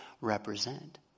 represent